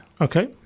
Okay